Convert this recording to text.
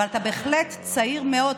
אבל אתה בהחלט צעיר מאוד,